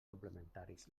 complementaris